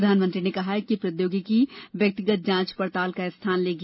प्रधानमंत्री ने कहा कि प्रौद्योगिकी व्यक्तिगत जांच पड़ताल का स्थान लेगी